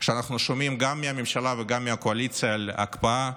שאנחנו שומעים גם מהממשלה וגם מהקואליציה על הקפאה,